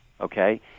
okay